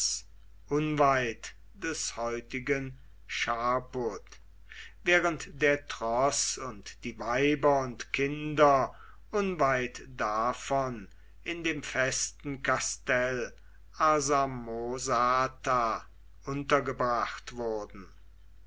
unweit des heutigen charput während der troß und die weiber und kinder unweit davon in dem festen kastell arsamosata untergebracht wurden